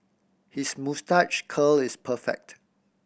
his moustache curl is perfect